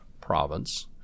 province